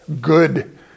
good